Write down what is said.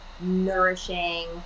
nourishing